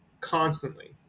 constantly